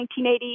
1980